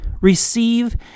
receive